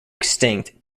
extinct